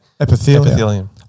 epithelium